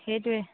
সেইটোৱে